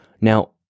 Now